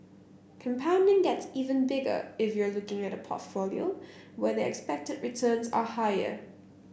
compounding gets even bigger if you're looking at a portfolio where the expected returns are higher